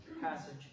passage